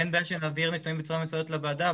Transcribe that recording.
אין בעיה שנעביר נתונים בצורה מסודרת לוועדה,